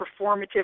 performative